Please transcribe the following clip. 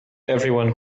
everyone